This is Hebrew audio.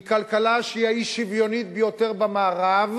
היא כלכלה שהיא האי-שוויונית ביותר במערב,